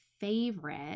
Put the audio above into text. favorite